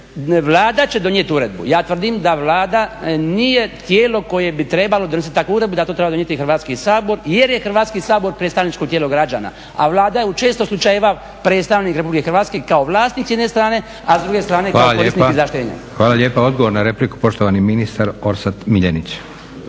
Vlada će donijeti uredbu. Ja tvrdim da Vlada nije tijelo koje bi trebalo donositi takvu uredbu i da to treba donijeti Hrvatski sabor jer je Hrvatski sabor predstavničko tijelo građana, a Vlada je u često slučajeva predstavnik RH, kao vlasnik s jedne strane, a s druge strane kao … **Leko, Josip (SDP)** Hvala lijepo. Odgovor na repliku, poštovani ministar Orsat Miljenić.